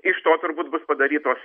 iš to turbūt bus padarytos